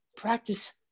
practice